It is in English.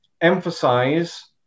emphasize